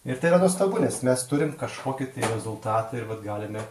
ir tai yra nuostabu nes mes turim kažkokį rezultatą ir vat galime